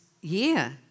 year